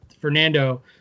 Fernando